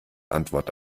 antwort